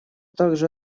также